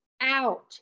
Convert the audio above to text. out